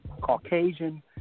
Caucasian